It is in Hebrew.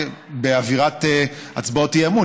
באווירת הצבעות האי-אמון,